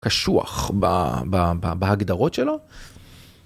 קשוח בהגדרות שלו.